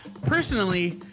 Personally